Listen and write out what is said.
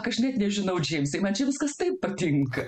aš net nežinau džeimsai man čia viskas taip patinka